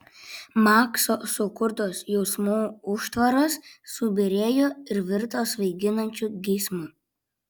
makso sukurtos jausmų užtvaros subyrėjo ir virto svaiginančiu geismu